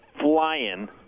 flying